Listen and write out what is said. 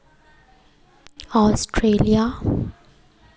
Australia